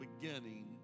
beginning